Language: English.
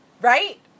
Right